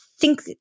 think-